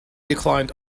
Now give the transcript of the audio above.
declined